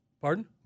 Pardon